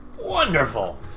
Wonderful